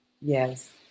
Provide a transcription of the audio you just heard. Yes